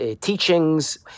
teachings